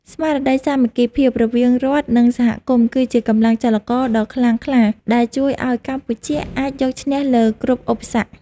ស្មារតីសាមគ្គីភាពរវាងរដ្ឋ និងសហគមន៍គឺជាកម្លាំងចលករដ៏ខ្លាំងក្លាដែលជួយឱ្យកម្ពុជាអាចយកឈ្នះលើគ្រប់ឧបសគ្គ។